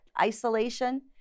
isolation